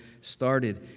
started